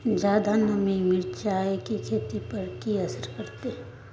ज्यादा नमी मिर्चाय की खेती पर की असर करते?